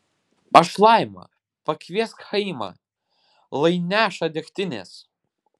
aš laima pakviesk chaimą lai neša degtinės